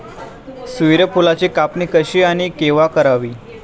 सूर्यफुलाची कापणी कशी आणि केव्हा करावी?